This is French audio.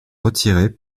retirer